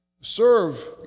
serve